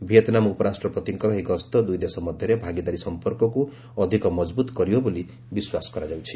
Vietnam ଉପରାଷ୍ଟ୍ରପତିଙ୍କର ଏହି ଗସ୍ତ ଦୁଇଦେଶ ମଧ୍ୟରେ ଭାଗିଦାରୀ ସଂପର୍କକୁ ଅଧିକ ମଜବୁତ କରିବ ବୋଲି ବିଶ୍ୱାସ କରାଯାଉଛି